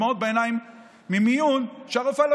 יצאתי מהמיון עם דמעות בעיניים כי הרופאה לא